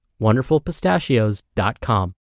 wonderfulpistachios.com